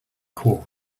court